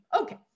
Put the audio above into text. Okay